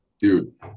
Dude